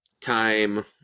time